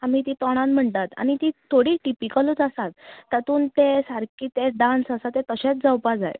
आमी ती तोंडान म्हणटात आनी थोडी ती टिपीकलूच आसात आनी तातूंन तेसारके ते डान्स आसा ते तशेंच जावपा जाय